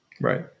Right